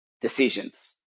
decisions